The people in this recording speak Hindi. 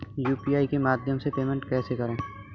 यू.पी.आई के माध्यम से पेमेंट को कैसे करें?